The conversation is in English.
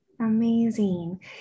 Amazing